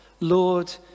Lord